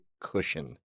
cushion